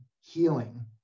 healing